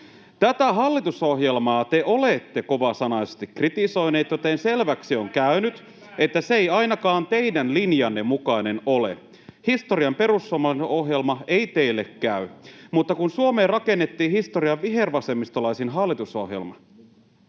Tätä hallitusohjelmaa te olette kovasanaisesti kritisoineet, joten selväksi on käynyt, että se ei ainakaan teidän linjanne mukainen ole. Historian perussuomalaisin ohjelma ei teille käy, mutta kun Suomeen rakennettiin historian vihervasemmistolaisin hallitusohjelma,